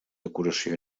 decoració